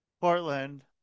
Portland